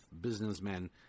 businessmen